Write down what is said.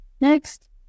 next